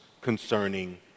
concerning